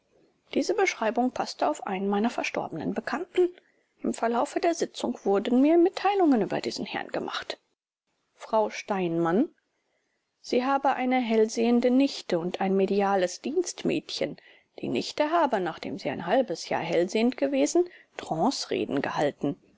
diese beschreibung paßte auf einen meiner verstorbenen bekannten im verlaufe der sitzung wurden mir mitteilungen über diesen herrn gemacht frau steinmann sie habe eine hellsehende nichte und ein mediales dienstmädchen die nichte habe nachdem sie ein halbes jahr hellsehend gewesen trancereden gehalten